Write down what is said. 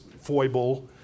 foible